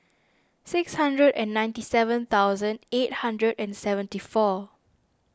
six hundred and ninety seven thousand eight hundred and seventy four